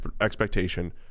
expectation